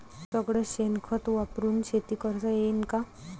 सगळं शेन खत वापरुन शेती करता येईन का?